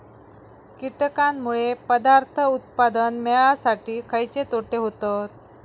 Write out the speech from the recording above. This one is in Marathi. कीटकांनमुळे पदार्थ उत्पादन मिळासाठी खयचे तोटे होतत?